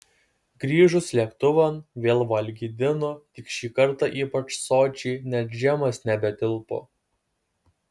grįžus lėktuvan vėl valgydino tik šį kartą ypač sočiai net džemas nebetilpo